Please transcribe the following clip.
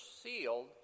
sealed